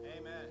Amen